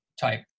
type